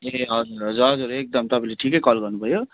ए हजुर हजुर एकदम तपाईँले ठिकै कल गर्नुभयो